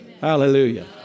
Hallelujah